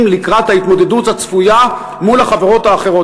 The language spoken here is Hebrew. לקראת ההתמודדות הצפויה עם החברות האחרות.